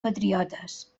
patriotes